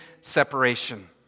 separation